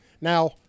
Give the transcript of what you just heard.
Now